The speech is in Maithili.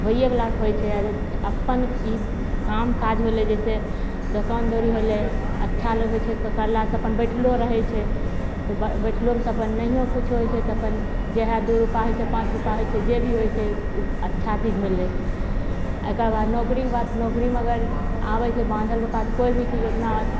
होइएवलाके होइ छै अप्पन ई कामकाज भेलै जइसे दोकान दौरी होलै अच्छाले होइ छै पकड़लासे अपन बैठलो रहै छै तऽ बैठलोमे तऽ अपन नहिओ किछु होइ छै तऽ अप्पन जएह दुइ रुपा होइ छै पाँच रुपा होइ छै जेभी होइ छै ओ अच्छा चीज होलै आओर एकरबाद नौकरीके बात नौकरीमे अगर आबै छै बान्हल रुपा तऽ कोइ भी चीज ओतना